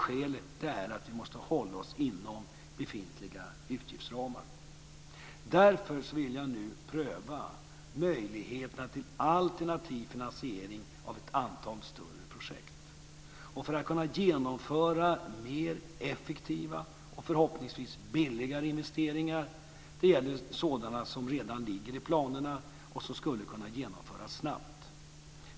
Skälet är att vi måste hålla oss inom befintliga utgiftsramar. Därför vill jag nu pröva möjligheten till alternativ finansiering av ett antal större projekt för att kunna genomföra mer effektiva och förhoppningsvis billigare investeringar, sådana som redan ligger i planerna och som skulle kunna genomföras snabbt.